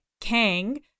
Kang